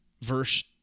verse